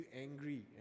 angry